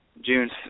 June